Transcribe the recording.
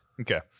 Okay